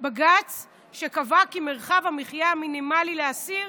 בג"ץ שקבעה כי מרחב המחיה המינימלי לאסיר